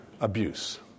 abuse